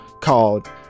called